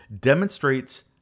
demonstrates